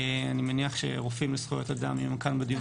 אני מניח ש"רופאים לזכויות אדם" יוכלו להשלים.